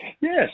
Yes